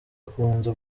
akunze